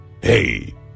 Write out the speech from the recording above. hey